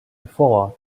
before